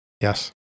Yes